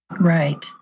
Right